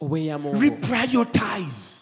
Reprioritize